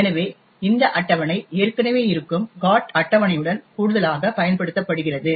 எனவே இந்த அட்டவணை ஏற்கனவே இருக்கும் GOT அட்டவணையுடன் கூடுதலாக பயன்படுத்தப்படுகிறது